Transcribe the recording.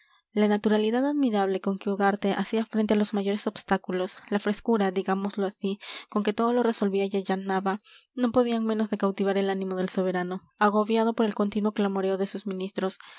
la naturalidad admirable con que ugarte hacía frente a los mayores obstáculos la frescura digámoslo así con que todo lo resolvía y allanaba no podían menos de cautivar el ánimo del soberano agobiado por el continuo clamoreo de sus ministros